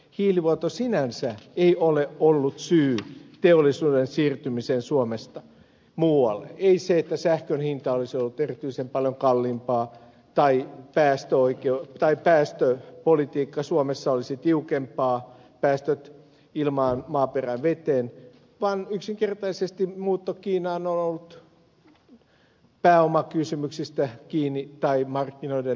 hiilivuoto sinänsä ei ole ollut syy teollisuuden siirtymiseen suomesta muualle eikä se että sähkön hinta olisi ollut erityisen paljon kalliimpaa tai päästöpolitiikka suomessa olisi tiukempaa päästöt ilmaan maaperään ja veteen vaan yksinkertaisesti muutto kiinaan on ollut pääomakysymyksistä kiinni tai markkinoiden läheisyydestä